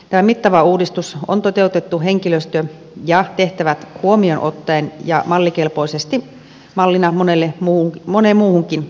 tämä mittava uudistus on toteutettu henkilöstö ja tehtävät huomioon ottaen ja mallikelpoisesti mallina moneen muuhunkin uudistukseen